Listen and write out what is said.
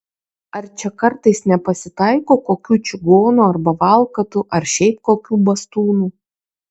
ar čia kartais nepasitaiko kokių čigonų arba valkatų ar šiaip kokių bastūnų